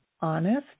honest